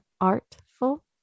artful